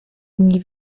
nie